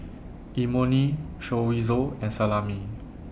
Imoni Chorizo and Salami